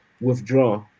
withdraw